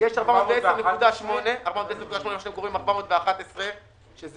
410.8 מיליארד שקל, שזה